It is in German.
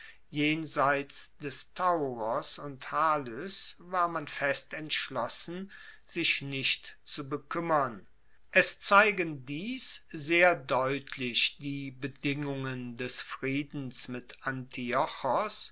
jenseits des tauros und halys war man fest entschlossen sich nicht zu bekuemmern es zeigen dies sehr deutlich die bedingungen des friedens mit